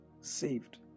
Saved